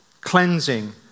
Cleansing